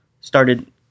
started